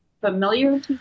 familiar